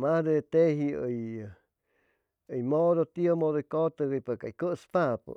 masde teji uymudu tiu mudu uy catuguypa ca cuspapu